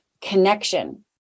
connection